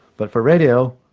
but for radio,